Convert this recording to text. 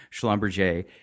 Schlumberger